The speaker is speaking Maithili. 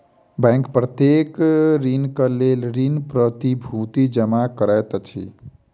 बैंक प्रत्येक ऋणक लेल ऋण प्रतिभूति जमा करैत अछि